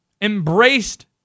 embraced